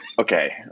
okay